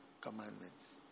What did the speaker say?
commandments